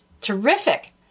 Terrific